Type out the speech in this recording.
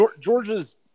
Georgia's